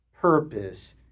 purpose